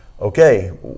okay